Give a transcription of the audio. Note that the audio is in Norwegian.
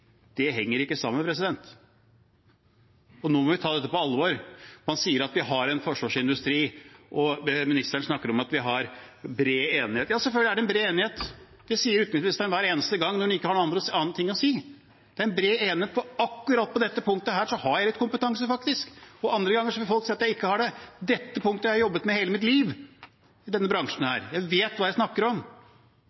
Det henger ikke sammen. Nå må vi ta dette på alvor. Man sier at vi har en forsvarsindustri, og ministeren snakker om at vi har bred enighet. Ja, selvfølgelig er det en bred enighet. Det sier utenriksministeren hver eneste gang hun ikke har noe annet å si. Det er en bred enighet. Men akkurat på dette punktet har jeg faktisk litt kompetanse; andre ganger vil folk si at jeg ikke har det. Dette punktet har jeg jobbet med hele mitt liv – i denne bransjen